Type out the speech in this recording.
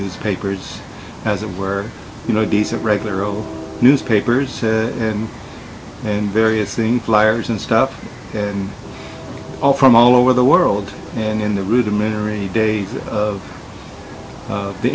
newspapers as it were you know decent regular old newspapers and and various things flyers and stuff and all from all over the world and in the rudimentary days of